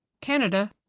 Canada